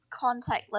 contactless